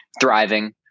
thriving